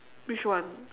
which one